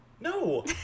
No